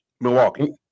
Milwaukee